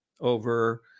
over